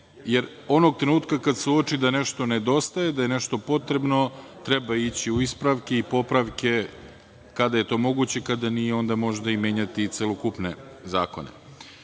jer onog trenutka kad se uoči da nešto nedostaje, da je nešto potrebno, treba ići u ispravke i popravke kada je to moguće, kada nije, onda možda menjati i celokupne zakone. Ono